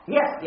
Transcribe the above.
Yes